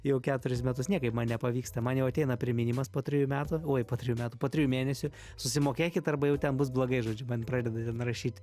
jau keturis metus niekaip man nepavyksta man jau ateina priminimas po trejų metų oi po trijų metų po trijų mėnesių susimokėkit arba jau ten bus blogai žodžiu man pradeda ten rašyt